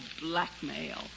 blackmail